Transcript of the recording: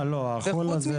זה